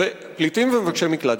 פליטים ומבקשי מקלט,